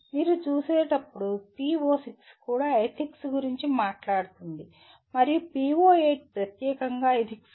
మీరు చూసేటప్పుడు PO6 కూడా ఎథిక్స్ గురించి మాట్లాడుతుంది మరియు PO8 ప్రత్యేకంగా ఎథిక్స్ పై ఉంటుంది